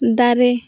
ᱫᱟᱨᱮ